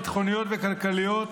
ביטחוניות וכלכליות,